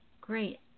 Great